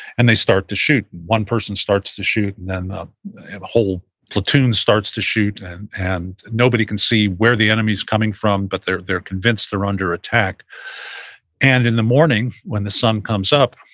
and they start to shoot. one person starts to shoot, and then the whole platoon starts to shoot. and and nobody can see where the enemy is coming from, but they're they're convinced they're under attack and in the morning, when the sun comes up,